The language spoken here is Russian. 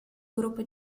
группой